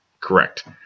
Correct